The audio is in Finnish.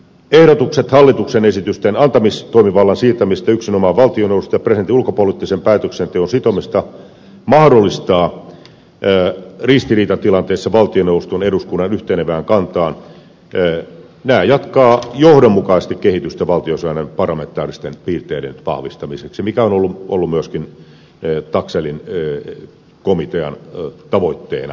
ehdotukset hallituksen esitysten antamistoimivallan siirtämisestä yksinomaan valtioneuvostolle ja presidentin ulkopoliittisen päätöksenteon sitomisesta mahdollisissa ristiriitatilanteissa valtioneuvoston ja eduskunnan yhtenevään kantaan jatkavat johdonmukaisesti kehitystä valtiosäännön parlamentaaristen piirteiden vahvistamiseksi mikä on ollut myöskin taxellin komitean tavoitteena